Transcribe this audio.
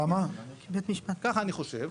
הם מקבלים על זה דמי כיס באופן עצמאי מהמשפחה.